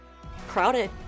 crowded